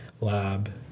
lab